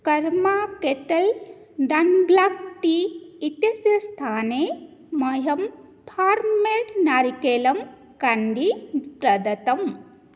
कर्मा Kettle done black tea इत्यस्य स्थाने मह्यं फार्म् मेड् नारिकेलम् काण्डी प्रदत्तम्